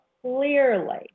clearly